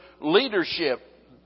leadership